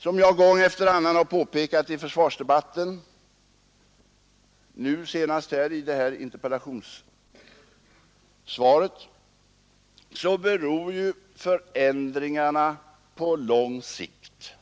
Som jag gång efter annan påpekat i försvarsdebatten, senast i interpellationssvaret, beror förändringarna i krigsorganisationen på lång sikt